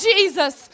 Jesus